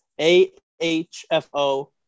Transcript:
AHFO